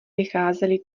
vycházeli